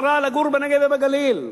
מה רע לגור בנגב או בגליל?